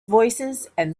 voicesand